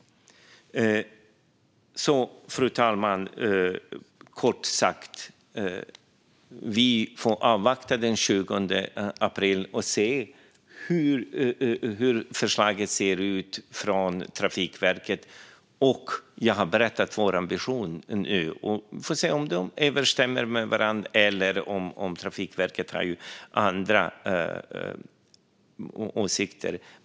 Fru talman! Kort sagt: Vi får avvakta den 20 april och se hur förslaget från Trafikverket ser ut. Jag har redogjort för vår ambition nu. Vi får se om ambitionerna överensstämmer eller om Trafikverket har andra åsikter.